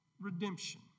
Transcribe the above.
redemption